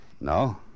No